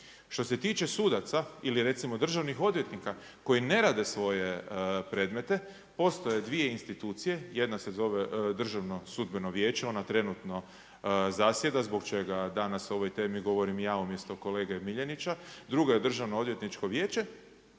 Što se tiče sudaca ili recimo državnih odvjetnika koji ne rade svoje predmete, postoje dvije institucije, jedna se zove Državno sudbeno vijeće ona trenutno zasjeda zbog čega danas o ovoj temi govorim ja umjesto kolege MIljenića, drugo je Državno odvjetničko vijeće